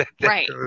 Right